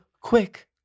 quick